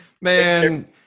Man